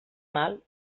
mal